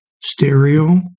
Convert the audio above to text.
stereo